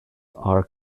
are